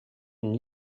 une